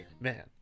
man